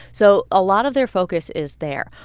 so a lot of their focus is there.